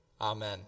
Amen